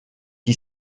qui